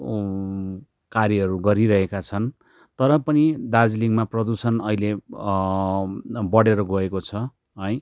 कार्यहरू गरिरहेका छन् तर पनि दार्जिलिङमा प्रदूषण अहिले बढेर गएको छ है